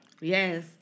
Yes